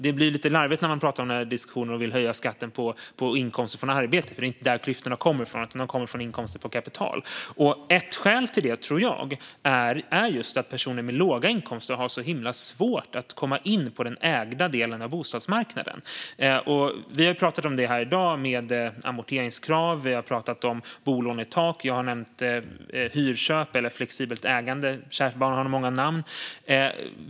Det blir lite larvigt med dessa diskussioner om att höja skatten på inkomster från arbete. Det är ju inte därifrån klyftorna kommer, utan de kommer från inkomster på kapital. Ett skäl till detta är att personer med låga inkomster har så himla svårt att komma in på den ägda delen av bostadsmarknaden. Vi har i dag pratat om amorteringskrav och bolånetak. Jag har nämnt hyrköp eller flexibelt ägande - kärt barn har många namn.